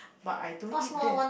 but I don't eat that